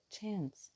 chance